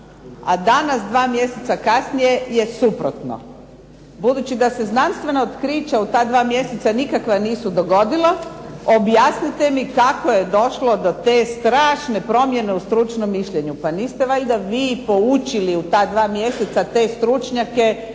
a danas 2 mjeseca kasnije je suprotno. Budući da se znanstveno otkriće u ta 2 mjeseca nikakva nisu dogodila, objasnite mi kako je došlo do te strašne promjene u stručnom mišljenju? Pa niste valja vi poučili u ta dva mjeseca te stručnjake